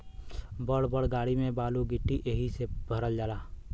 बड़ बड़ गाड़ी में बालू गिट्टी एहि से भरल जाला